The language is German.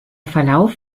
verlauf